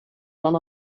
run